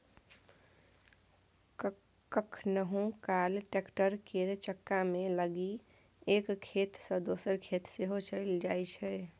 कखनहुँ काल टैक्टर केर चक्कामे लागि एक खेत सँ दोसर खेत सेहो चलि जाइ छै